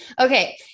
okay